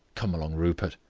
come along, rupert.